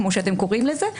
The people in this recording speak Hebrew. כמו שאתם קוראים לזה,